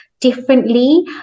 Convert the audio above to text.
differently